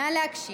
נא להקשיב.